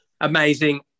amazing